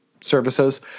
services